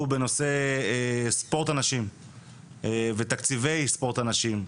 בנושא ספורט הנשים ותקציבי ספורט הנשים,